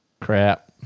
Crap